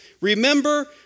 Remember